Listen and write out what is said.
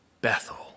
Bethel